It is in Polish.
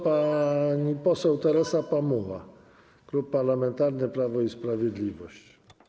Pani poseł Teresa Pamuła, Klub Parlamentarny Prawo i Sprawiedliwość.